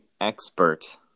expert